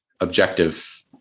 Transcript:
objective